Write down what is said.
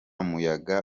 muyaga